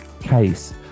case